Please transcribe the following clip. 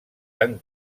tan